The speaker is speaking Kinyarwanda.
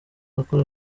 akora